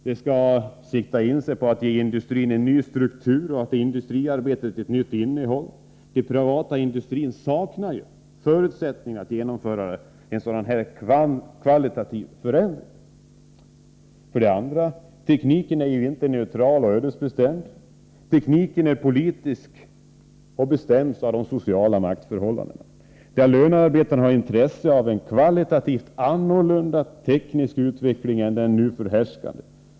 Man måste sikta in sig på att ge industrin en ny struktur och industriarbetet ett nytt innehåll. Den privata industrin saknar ju förutsättningar att genomföra en sådan här kvalitativ förändring. För det andra är tekniken inte neutral och ödesbestämd. Den är politisk och bestäms av de sociala maktförhållandena. Lönearbetarna har intresse av en kvalitativt annan teknisk utveckling än den nu förhärskande.